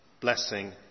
blessing